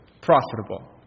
profitable